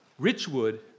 Richwood